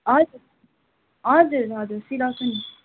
हजुर हजुर हजुर सिलाउँछु नि